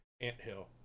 anthill